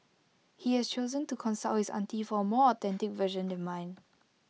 he has chosen to consult his auntie for A more authentic version than mine